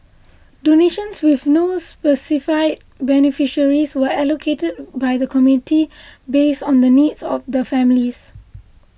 donations with no specified beneficiaries were allocated by the committee based on the needs of the families